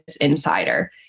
insider